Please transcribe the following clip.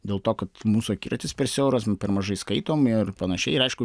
dėl to kad mūsų akiratis per siauras per mažai skaitom ir panašiai ir aišku